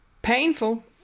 Painful